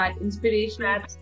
Inspiration